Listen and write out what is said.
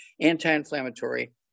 Anti-inflammatory